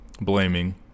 blaming